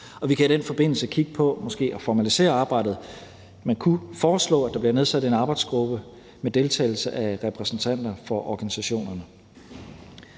vi kan i den forbindelse måske kigge på at formalisere arbejdet. Man kunne foreslå, at der bliver nedsat en arbejdsgruppe med deltagelse af repræsentanter for organisationerne.